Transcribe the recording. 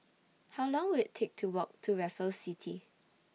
How Long Will IT Take to Walk to Raffles City